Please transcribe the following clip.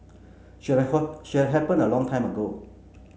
should should have happened a long time ago